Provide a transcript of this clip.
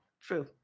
true